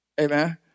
Amen